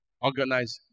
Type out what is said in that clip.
Organize